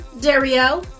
Dario